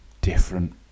different